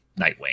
Nightwing